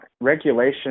regulation